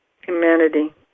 humanity